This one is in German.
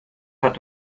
hat